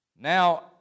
Now